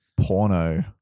porno